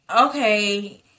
okay